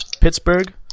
Pittsburgh